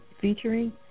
featuring